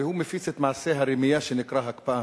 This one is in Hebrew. והוא מפיץ את מעשה הרמייה שנקרא "הקפאה",